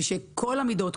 ושאת כל המידות,